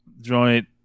joint